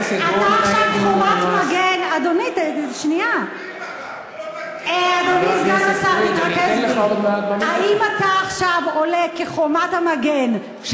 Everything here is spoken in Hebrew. אדוני, אז האם ייתכן שאתה, אתה עכשיו חומת מגן?